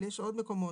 אבל יש עוד מקומות.